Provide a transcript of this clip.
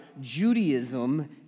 Judaism